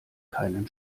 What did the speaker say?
keinen